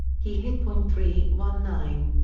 he hit point three one nine,